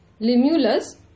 Limulus